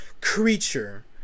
creature